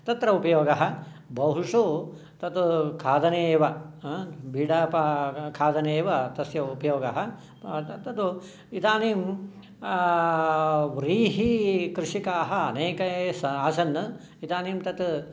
तत्र उपयोगः बहुषु तद् खादने वा बीडा पा खादने एव तस्य उपयोगः तद् इदानीं व्रीहिकृषिकाः अनेके स् आसन् इदानीं तत्